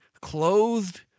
clothed